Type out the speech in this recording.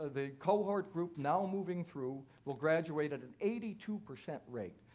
the cohort group now moving through will graduate at an eighty two percent rate,